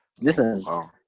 Listen